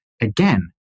again